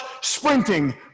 sprinting